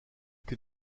que